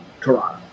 Toronto